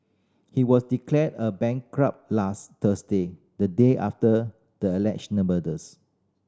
he was declared a bankrupt last Thursday the day after the alleged murders